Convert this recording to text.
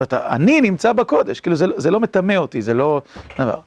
זאת אומרת, אני נמצא בקודש, כאילו זה לא מטמא אותי, זה לא דבר.